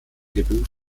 debut